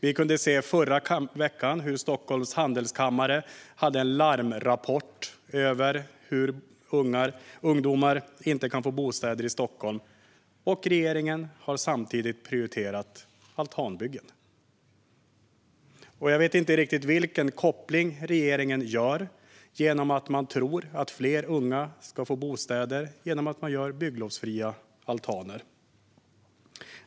Vi kunde i förra veckan se en larmrapport från Stockholms Handelskammare om att ungdomar inte kan få bostäder i Stockholm. Och regeringen har samtidigt prioriterat altanbyggen! Jag vet inte riktigt vilken koppling regeringen gör om man tror att fler unga ska få bostäder genom att altaner blir bygglovsfria.